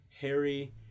Harry